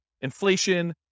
inflation